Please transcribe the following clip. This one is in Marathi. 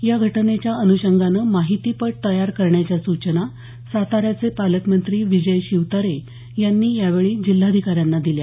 या घटनेच्या अन्षंगानं माहितीपट तयार करण्याच्या सूचना साताऱ्याचे पालकमंत्री विजय शिवतारे यांनी यावेळी जिल्हाधिकाऱ्यांना दिल्या